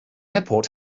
airport